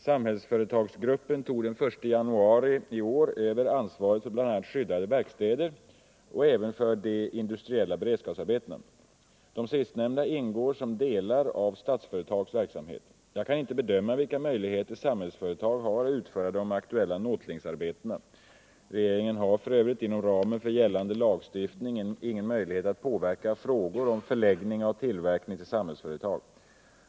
Samhällsföretagsgruppen tog den 1 januari i år över ansvaret för bl.a. skyddade verkstäder och även för de industriella beredskapsarbetena. De sistnämnda ingår nu som delar av Samhällsföretags verksamhet. Jag kan inte bedöma vilka möjligheter Samhällsföretag har att utföra de aktuella nåtlingsarbetena. Regeringen har f. ö. inom ramen för gällande lagstiftning ingen möjlighet att påverka frågor om förläggning av tillverkning till Samhällsföretag.